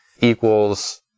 equals